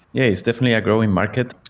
yeah, it's differently a growing market.